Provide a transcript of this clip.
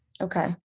Okay